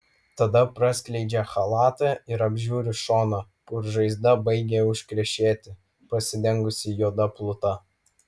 tada praskleidžia chalatą ir apžiūri šoną kur žaizda baigia užkrešėti pasidengusi juoda pluta